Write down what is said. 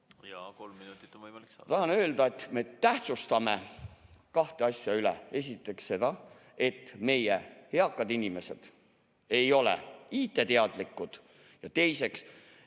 Jaa, kolm minutit on võimalik saada.